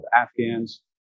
Afghans